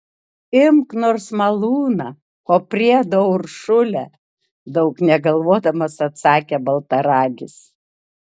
imk nors malūną o priedo uršulę daug negalvodamas atsakė baltaragis